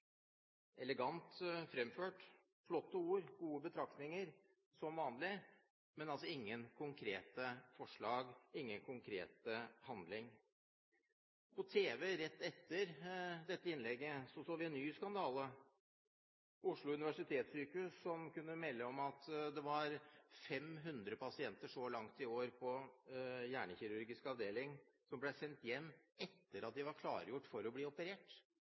elegant fremført, flotte ord og gode betraktninger som vanlig, men ingen konkrete forslag, ingen konkret handling. På tv rett etter dette innlegget så vi en ny skandale: Oslo universitetssykehus kunne melde om at det så langt i år var 500 pasienter på hjernekirurgisk avdeling som var blitt sendt hjem etter at de var klargjort for å bli operert.